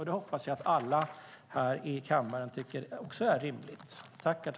Det hoppas jag att alla här i kammaren också tycker är rimligt.